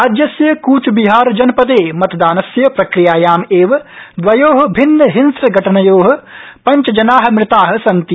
राज्यस्य कचाबिहार जनपदे मतदानस्य प्रक्रियायाम् एव द्वयो भिन्नहिंस्रघटनयो पंचनजना मृता सन्ति